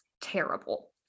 terrible